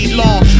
long